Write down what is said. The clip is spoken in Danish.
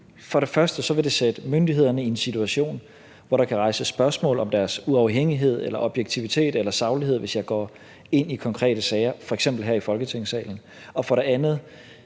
For det første vil det sætte myndighederne i en situation, hvor der kan rejses spørgsmål om deres uafhængighed eller objektivitet eller saglighed, hvis jeg går ind i konkrete sager, f.eks her i Folketingssalen. Og for det andet